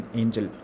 angel